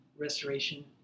restoration